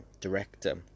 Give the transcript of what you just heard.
director